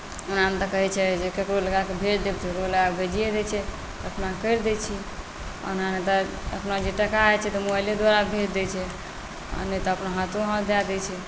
नहि तऽ कहैत छै ककरो लगा कऽ भेज देब तऽ ककरो लगा कऽ भेजिए दैत छै अपना करि दैत छी ओना जे अपना जे टाका होइत छै मोबाइले द्वारा भेज दैत छै आ नइ तऽ अपन हाथो हाथ दए दैत छै